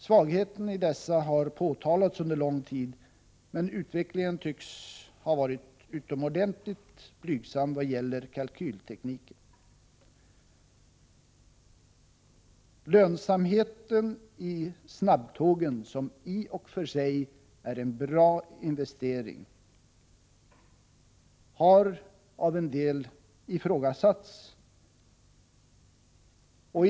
Svagheten i dessa har påtalats under lång tid, men utvecklingen tycks ha varit utomordentligt blygsam vad gäller kalkyltekniken. Lönsamheten i snabbtågen, som i och för sig är en bra investering, har ifrågasatts från olika håll.